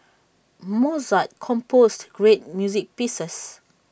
Mozart composed great music pieces